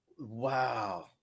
Wow